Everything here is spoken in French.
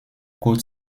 côte